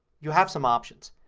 you have some options.